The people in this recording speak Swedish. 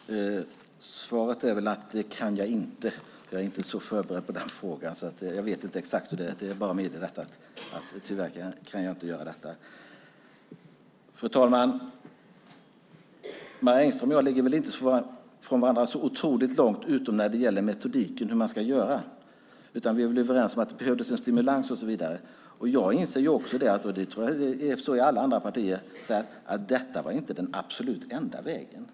Fru talman! Svaret är att det kan jag inte. Jag är inte så förberedd på den frågan. Jag får bara meddela att jag tyvärr inte kan göra detta. Fru talman! Marie Engström och jag ligger väl inte så otroligt långt från varandra utom när det gäller metodiken för hur man kan göra. Vi är överens om att det behövdes en stimulans, och så vidare. Också jag inser - och jag tror att det är så i alla andra partier - att detta inte var den absolut enda vägen.